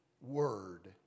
word